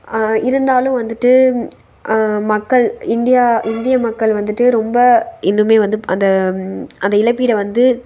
இருந்தாலும் வந்துட்டு மக்கள் இந்தியா இந்திய மக்கள் வந்துட்டு ரொம்ப இன்னுமே வந்து அந்த அந்த இழப்பீடை வந்து